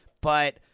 But-